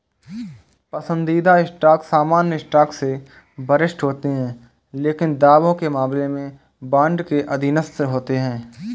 पसंदीदा स्टॉक सामान्य स्टॉक से वरिष्ठ होते हैं लेकिन दावों के मामले में बॉन्ड के अधीनस्थ होते हैं